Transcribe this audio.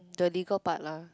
the legal part lah